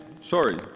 sorry